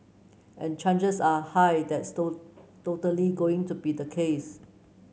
and changes are high that's toll totally going to be the case